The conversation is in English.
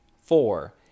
Four